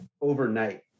overnight